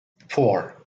four